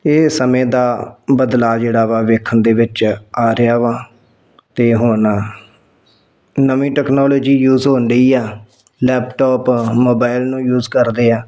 ਇਹ ਸਮੇਂ ਦਾ ਬਦਲਾਅ ਜਿਹੜਾ ਵਾ ਵੇਖਣ ਦੇ ਵਿੱਚ ਆ ਰਿਹਾ ਵਾ ਅਤੇ ਹੁਣ ਨਵੀਂ ਟੈਕਨੋਲੋਜੀ ਯੂਜ ਹੋਣ ਡੀ ਆ ਲੈਪਟਾਪ ਮੋਬਾਈਲ ਨੂੰ ਯੂਜ ਕਰ ਰਹੇ ਆ